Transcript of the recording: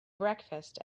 breakfast